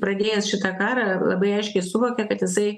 pradėjęs šitą karą labai aiškiai suvokė kad jisai